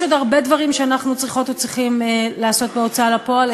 יש עוד הרבה דברים שאנחנו צריכות וצריכים לעשות בהוצאה לפועל.